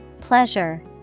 Pleasure